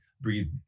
breathe